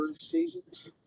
seasons